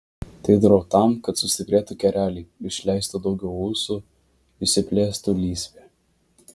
tai darau tam kad sustiprėtų kereliai išleistų daugiau ūsų išsiplėstų lysvė